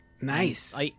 Nice